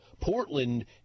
Portland